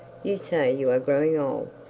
you say you are growing old,